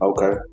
Okay